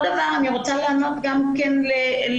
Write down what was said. אני רוצה לענות גם לאור.